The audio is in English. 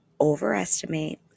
overestimate